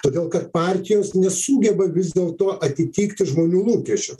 todėl kad partijos nesugeba vis dėlto atitikti žmonių lūkesčių